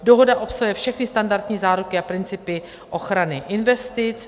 Dohoda obsahuje všechny standardní záruky a principy ochrany investic.